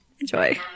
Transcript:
enjoy